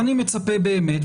אני מצפה באמת,